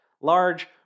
large